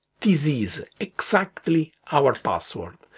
this is exactly our password,